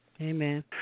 Amen